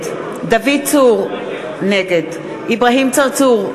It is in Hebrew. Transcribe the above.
נגד דוד צור, נגד אברהים צרצור,